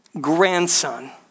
Grandson